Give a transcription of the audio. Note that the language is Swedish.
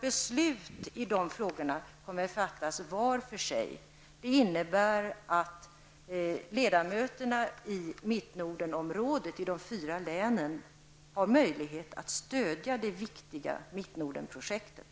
Beslutet i dessa frågor kommer att fattas var för sig, vilket innebär att ledamöterna i Mittnordenområdet i de fyra länen har möjlighet att stödja det viktiga Mittnordenprojektet.